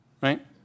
right